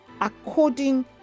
according